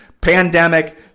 pandemic